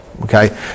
okay